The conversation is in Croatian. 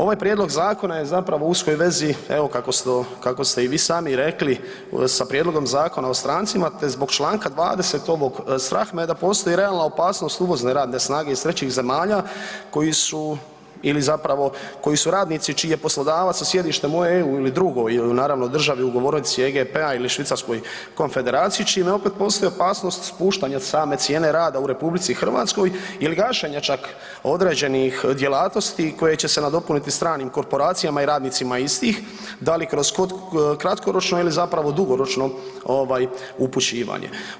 Ovaj prijedlog zakona je zapravo u uskoj vezi, evo kako ste i vi sami rekli sa prijedlogom Zakona o strancima te zbog Članka 20. ovog strah me da postoji realna opasnost uvozne radne snage iz trećih zemalja koji su ili zapravo koji su radnici čiji je poslodavac sa sjedištem u EU ili drugoj naravno državi ugovornici EGP-a ili Švicarskoj konfederaciji čime opet postoji opasnost spuštanja same cijene rada u RH ili gašenja čak određenih djelatnosti koje će nadopuniti stranim korporacijama i radnicima istih da li kroz kratkoročno ili zapravo dugoročno ovaj upućivanje.